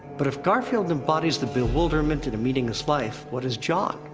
but if garfield embodies the bewilderment in a meaningless life, what is jon?